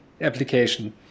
application